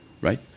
right